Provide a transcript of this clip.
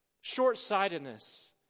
short-sightedness